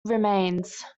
remains